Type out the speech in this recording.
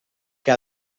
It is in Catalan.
que